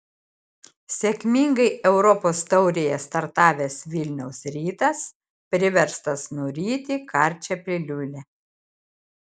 sėkmingai europos taurėje startavęs vilniaus rytas priverstas nuryti karčią piliulę